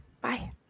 Bye